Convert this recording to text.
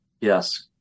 Yes